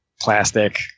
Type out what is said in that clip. plastic